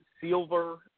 Silver